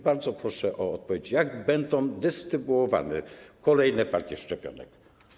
Bardzo proszę o odpowiedź, jak będą dystrybuowane kolejne partie szczepionek.